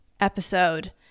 episode